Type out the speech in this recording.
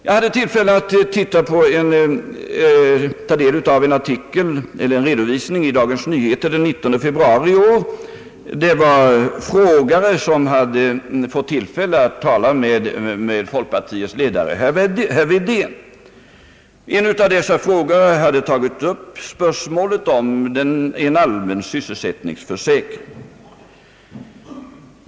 Jag hade tillfälle att i Dagens Nyheter den 19 februari i år ta del av en redovisning av folkpartiets uppfattning i denna fråga. Det var folk som hade fått tillfälle att fråga ut folkpartiets ledare herr Wedén. En av utfrågarna hade tagit upp spörsmålet om en allmän sysselsättningsförsäkring.